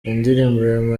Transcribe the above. indirimbo